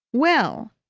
well!